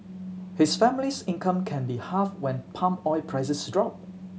his family's income can be halved when palm oil prices drop